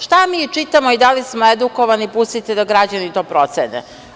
Šta mi čitamo i da li smo edukovani, pustite da građani to procene.